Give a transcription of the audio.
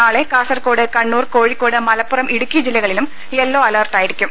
നാളെ കാസർകോഡ് കണ്ണൂർ കോഴിക്കോട് മലപ്പുറം ഇടുക്കി ജില്ലകളിലും യെല്ലോ അലർട്ടായിരിക്കും